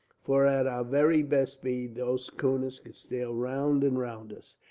for at our very best speed, those schooners could sail round and round us.